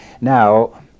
Now